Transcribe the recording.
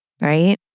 right